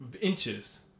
inches